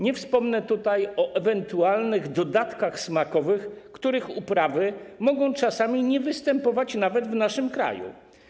Nie wspomnę tutaj o ewentualnych dodatkach smakowych, których uprawy mogą czasami nie występować nawet w naszym kraju.